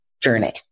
journey